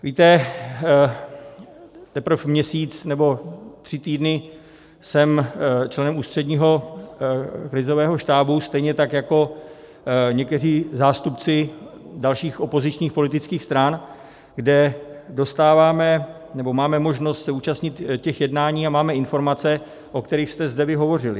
Víte, teprve měsíc nebo tři týdny jsem členem Ústředního krizového štábu, stejně tak jako někteří zástupci dalších opozičních politických stran, kde máme možnost se účastnit těch jednání a máme informace, o kterých jste zde vy hovořili.